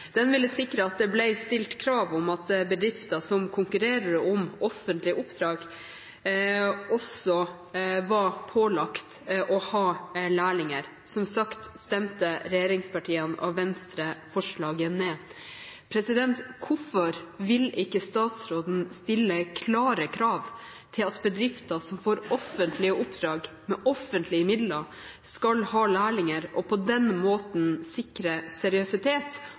oppdrag, også var pålagt å ha lærlinger. Som sagt stemte regjeringspartiene og Venstre ned forslaget. Hvorfor vil ikke statsråden stille klare krav til at bedrifter som får offentlige oppdrag med offentlige midler, skal ha lærlinger og på den måten sikre seriøsitet